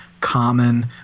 Common